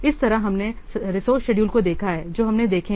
इस तरह हमने रिसोर्से शेड्यूल को देखा है जो हमने देखे हैं